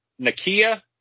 Nakia